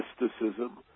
mysticism